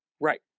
Right